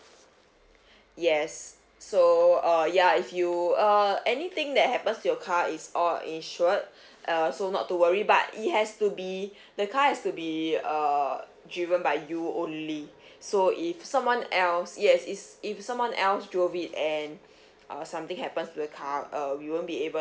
yes so uh ya if you err anything that happens to your car is all insured err so not to worry but it has to be the car has to be err driven by you only so if someone else yes is if someone else drove it and uh something happens to the car uh we won't be able